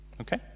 Okay